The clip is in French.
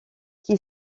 qui